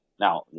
Now